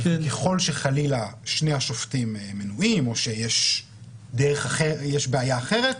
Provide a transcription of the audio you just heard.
ככל שחלילה שני השופטים מנועים או שיש בעיה אחרת,